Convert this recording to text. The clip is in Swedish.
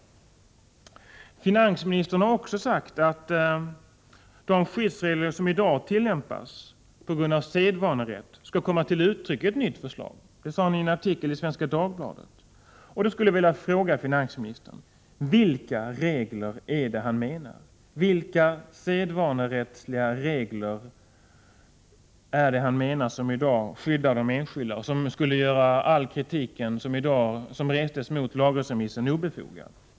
Finansministern har också sagt att de skyddsregler som i dag tillämpas på grund av sedvanerätt skall komma till uttryck i ett nytt förslag. Detta sade finansministern i en artikel i Svenska Dagbladet. Då skulle jag vilja fråga: Vilka regler är det finansministern menar? Vilka sedvanerättsliga regler är det som i dag skyddar de enskilda och som skulle göra all den kritik som rests mot lagrådsremissen obefogad?